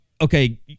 okay